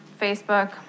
Facebook